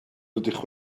ydych